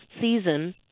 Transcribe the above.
season